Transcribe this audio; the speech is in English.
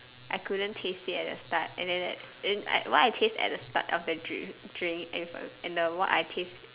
I couldn't taste it at the start and then at eh what I taste at the start of the drink drink in front and the what I taste